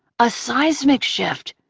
a seismic shift.